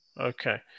Okay